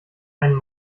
einen